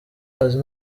bazi